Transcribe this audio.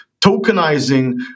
tokenizing